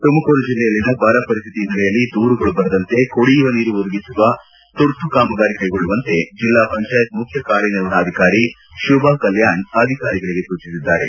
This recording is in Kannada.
ತುಮಕೂರು ಜಿಲ್ಲೆಯಲ್ಲಿನ ಬರಪರಿಸ್ಥಿತಿ ಹಿನ್ನೆಲೆಯಲ್ಲಿ ದೂರುಗಳು ಬರದಂತೆ ಕುಡಿಯುವ ನೀರು ಒದಗಿಸುವ ತುರ್ತು ಕಾಮಗಾರಿ ಕೈಗೊಳ್ಳುವಂತೆ ಜಿಲ್ಲಾ ಪಂಚಾಯತ್ ಮುಖ್ಯ ಕಾರ್ಯನಿರ್ವಹಣಾಧಿಕಾರಿ ಶುಭಾ ಕಲ್ಯಾಣ್ ಅಧಿಕಾರಿಗಳಿಗೆ ಸೂಚಿಸಿದ್ದಾರೆ